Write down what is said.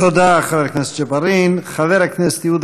תודה, חבר הכנסת ג'בארין.